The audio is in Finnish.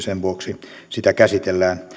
sen vuoksi sitä käsitellään